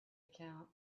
account